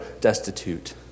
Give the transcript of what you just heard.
destitute